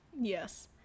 Yes